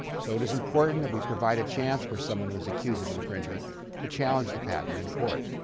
so it is important that we provide a chance for someone who is accused of infringement yeah to challenge the patent in court.